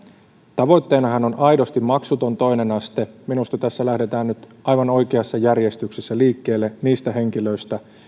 tavoitteenahan on aidosti maksuton toinen aste minusta tässä lähdetään nyt aivan oikeassa järjestyksessä liikkeelle niistä henkilöistä